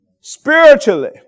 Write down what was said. Spiritually